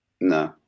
No